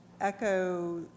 echo